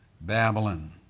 Babylon